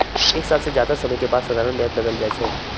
एक साल से जादे समय के बाद साधारण ब्याज बदल जाई छई